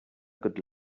good